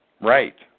Right